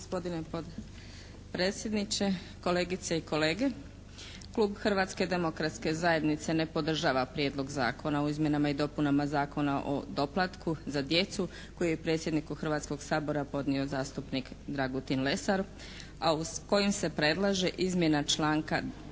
gospodine potpredsjedniče, kolegice i kolege. Klub Hrvatske demokratske zajednice ne podržava Prijedlog Zakona o izmjenama i dopunama Zakona o doplatku za djecu koji je predsjedniku Hrvatskog sabora podnio zastupnik Dragutin Lesar, a uz kojim se predlaže izmjena članka 10.